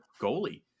goalie